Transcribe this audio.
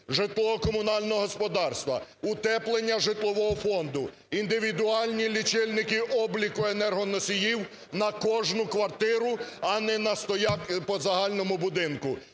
житлово-комунального господарства, утеплення житлового фонду, індивідуальні лічильники обліку енергоносіїв на кожну квартиру, а не на стояк по загальному будинку.